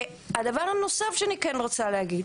והדבר הנוסף שאני כן רוצה להגיד,